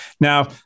Now